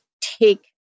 take